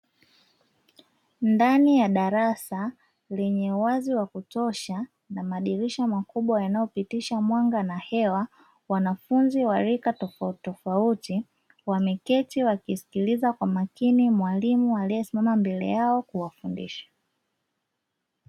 Ndani ya darasa lenye uwazi wa kutosha na madirisha makubwa yanayopitisha mwanga na hewa, wanafunzi wa rika tofautitofauti wameketi wakiskiliza kwa makini mwalimu aliesimama mbele yao kuwafundisha.